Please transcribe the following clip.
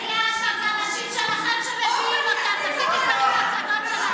זה אנשים שלכם שמביאים, תמשיכו לשלוח מתחזים.